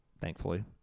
thankfully